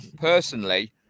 personally